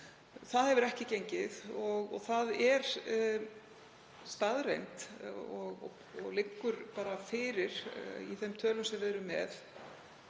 Það hefur ekki gengið og það er staðreynd og liggur fyrir í þeim tölum sem við erum með